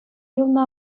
юлнӑ